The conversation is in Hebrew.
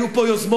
היו פה יוזמות,